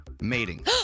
Mating